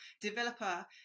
developer